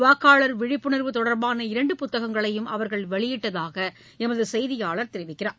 வாக்காளர் விழிப்புணர்வு தொடர்பான புத்தகங்களையும் இரண்டு அவர்கள் வெளியிட்டதாகஎமதுசெய்தியாளர் தெரிவிக்கிறார்